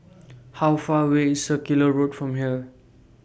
How Far away IS Circular Road from here